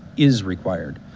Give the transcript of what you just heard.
is required.